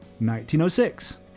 1906